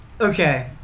okay